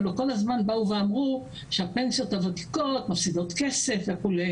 כל הזמן אמרו שהפנסיות הוותיקות מפסידות כסף וכו'